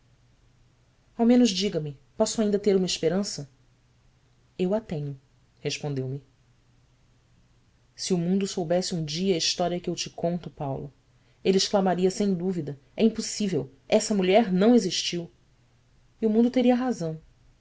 ao menos diga-me posso ainda ter uma esperança u a tenho respondeu-me se o mundo soubesse um dia a história que eu te conto paulo ele exclamaria sem dúvida é impossível essa mulher não existiu e o mundo teria razão